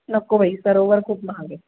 नको बाई सरोवर खूप महाग आहे